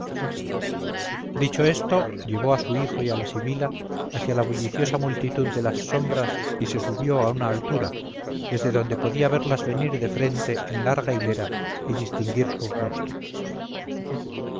dicho esto llevó a su hijo y a la sibila hacia la bulliciosa multitud de las sombras y se subió a una altura desde donde podía verlas venir de frente en larga hilera y distinguir sus rostros